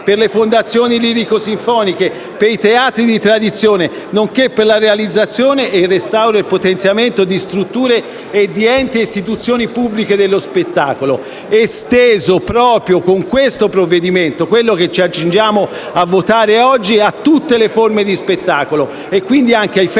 per le fondazioni lirico-sinfoniche, per i teatri di tradizione, nonché per la realizzazione, il restauro e il potenziamento di strutture e di enti e istituzioni pubbliche dello spettacolo, esteso proprio con il provvedimento che ci accingiamo a votare oggi a tutte le forme di spettacolo e quindi anche ai festival